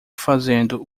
fazendo